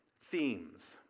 themes